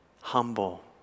humble